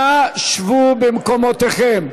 נא שבו במקומותיכם.